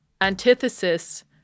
antithesis